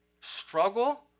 struggle